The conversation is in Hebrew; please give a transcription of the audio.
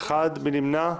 1 נמנעים,